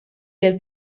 del